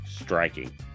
striking